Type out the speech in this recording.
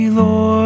Lord